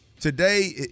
today